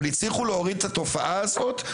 אבל הצליחו להוריד את התופעה הזאת,